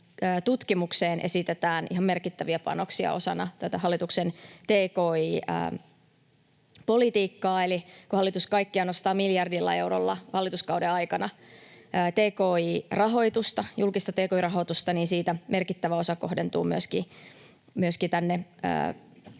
tutkimukseen esitetään ihan merkittäviä panoksia osana tätä hallituksen tki-politiikkaa. Eli kun hallitus kaikkiaan nostaa miljardilla eurolla hallituskauden aikana julkista tki-rahoitusta, niin siitä merkittävä osa kohdentuu myöskin